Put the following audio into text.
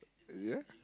ya